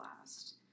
last